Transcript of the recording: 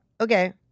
Okay